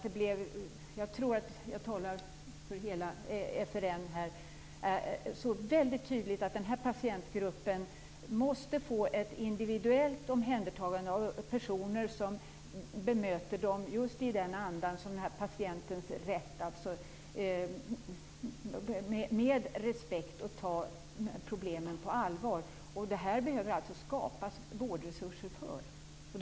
Det blev, och jag tror att jag talar för hela FRN här, väldigt tydligt att den här patientgruppen måste få ett individuellt omhändertagande av personer som bemöter dem i en anda präglad av patientens rätt och med respekt. Man skall ta problemen på allvar. Det här behöver det skapas vårdresurser till.